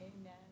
amen